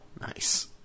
Nice